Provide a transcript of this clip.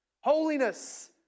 Holiness